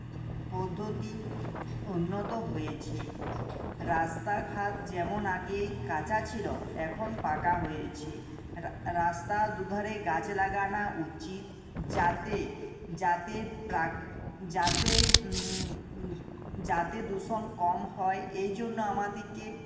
পদ্ধতি উন্নত হয়েছে রাস্তাঘাট যেমন আগে কাঁচা ছিল এখন পাকা হয়েছে রা রাস্তার দুধারে গাছ লাগানো উচিত যাতে যাতে প্রা যাতে যাতে দূষণ কম হয় এই জন্য আমাদেরকে